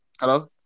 Hello